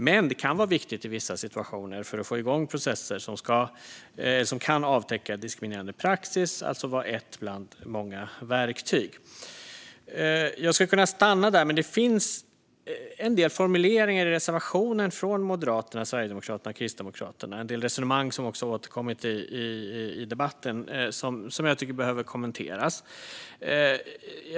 Dock kan det vara viktigt i vissa situationer för att få igång processer som kan avtäcka diskriminerande praxis, alltså vara ett bland många verktyg. Jag skulle kunna stanna där, men det finns en del formuleringar i reservationen från Moderaterna, Sverigedemokraterna och Kristdemokraterna - och det är resonemang som också har återkommit i debatten - som jag tycker behöver kommenteras.